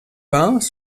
peints